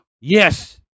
Yes